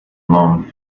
mum